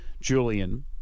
Julian